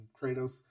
Kratos